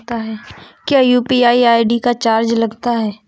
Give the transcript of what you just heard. क्या UPI ID का charge लगता है?